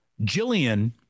Jillian